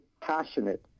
passionate